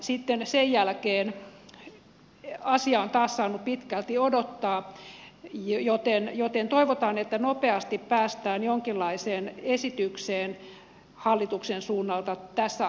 sitten sen jälkeen asia on taas saanut pitkälti odottaa joten toivotaan että nopeasti päästään jonkinlaiseen esitykseen hallituksen suunnalta tässä asiassa